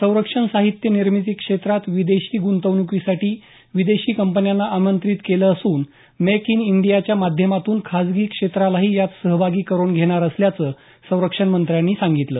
संरक्षण साहित्य निर्मिती क्षेत्रात विदेशी गुंतवणुकीसाठी विदेशी कंपन्यांना आमंत्रित केलं असून मेक इन इंडियाच्या माध्यमातून खासगी क्षेत्रालाही यात सहभागी करून घेणार असल्याचं संरक्षण मंत्र्यांनी सांगितलं